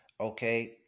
Okay